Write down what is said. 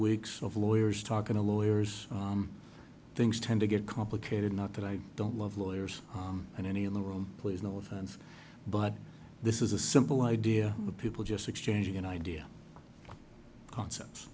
weeks of lawyers talking to lawyers things tend to get complicated not that i don't love lawyers and any in the room please no offense but this is a simple idea the people just exchanging an idea concept